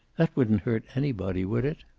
that wouldn't hurt anybody, would it?